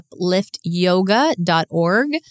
UpliftYoga.org